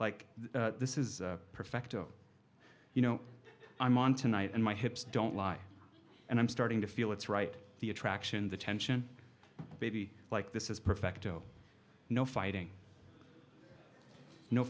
like this is perfect oh you know i'm on tonight and my hips don't lie and i'm starting to feel it's right the attraction the tension maybe like this is perfect oh no fighting no